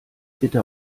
bitte